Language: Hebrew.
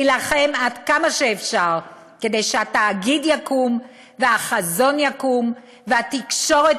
נילחם עד כמה שאפשר כדי שהתאגיד יקום והחזון יקום והתקשורת